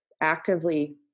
actively